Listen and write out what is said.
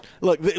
Look